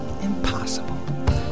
impossible